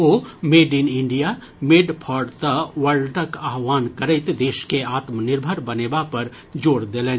O made in India made for the वर्ल्डक अहवान करैत देश के आत्मनिर्भर बनेबा पर जोर देलनि